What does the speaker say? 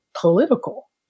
political